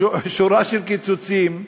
שורה של קיצוצים,